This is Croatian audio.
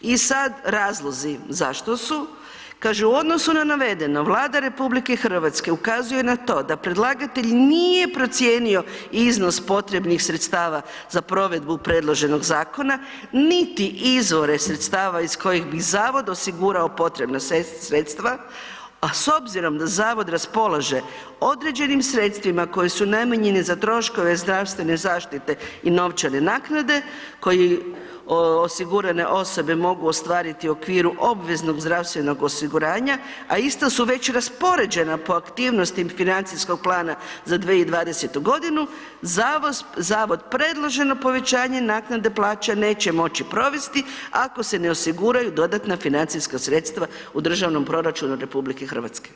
I sad razlozi zašto su kaže: „U odnosu na navedeno Vlada RH ukazuje na to da predlagatelj nije procijenio iznos potrebnih sredstava za provedbu predloženog zakona niti izvore sredstava iz kojih bi zavod osigurao potrebna sredstva, a s obzirom da zavod raspolaže određenim sredstvima koje su namijenjene za troškove zdravstvene zaštite i novčane naknade koje osigurane osobe mogu ostvariti u okviru obveznog zdravstvenog osiguranja, a isto su već raspoređena po aktivnostima financijskog plana za 2020.godinu, zavod predloženo povećanje naknade plaća neće moći provesti ako se ne osiguraju dodatna financijska sredstva u Državnom proračunu RH“